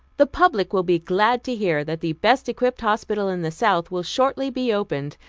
the public will be glad to hear that the best equipped hospital in the south will shortly be opened,